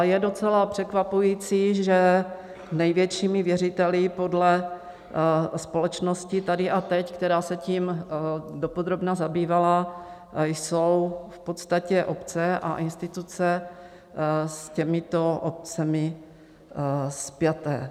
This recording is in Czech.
Je docela překvapující, že největšími věřiteli podle společnosti Tady a teď, která se tím dopodrobna zabývala, jsou v podstatě obce a instituce s těmito obcemi spjaté.